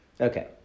Okay